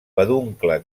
peduncle